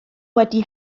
wedi